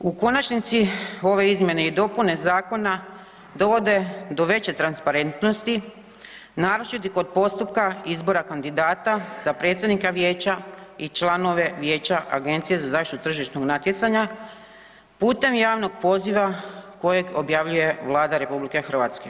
U konačnici ove izmjene i dopune zakone dovode do veće transparentnosti, naročito kod postupka izbora kandidata za predsjednika vijeća i članove Vijeća za Agenciju za tržišnog natjecanja putem javnog poziva kojeg objavljuje Vlada RH.